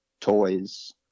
toys